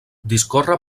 discorre